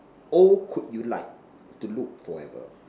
old could you like to look forever